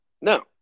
no